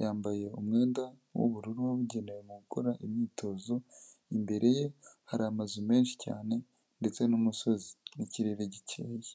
yambaye umwenda w'ubururu wabugenewe mu gukora imyitozo imbere ye hari amazu menshi cyane ndetse n'umusozi n'ikirere gikeye.